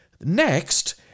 next